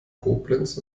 koblenz